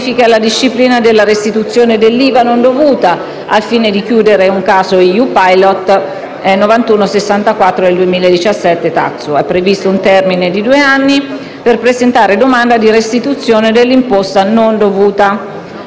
alla disciplina delle restituzioni dell'IVA non dovuta, al fine di chiudere il caso EU-Pilot 9164/17/TAXU. È previsto un termine di due anni per presentare domanda di restituzione dell'imposta non dovuta.